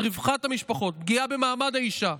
על רווחת המשפחות, על פגיעה במעמד האישה,